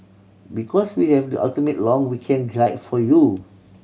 because we have the ultimate long weekend guide for you